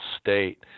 state